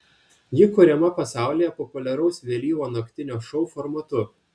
ji kuriama pasaulyje populiaraus vėlyvo naktinio šou formatu